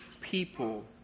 people